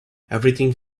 everything